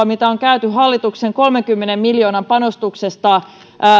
mitä on käyty hallituksen kolmenkymmenen miljoonan panostuksesta